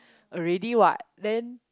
already what then